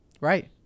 right